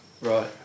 Right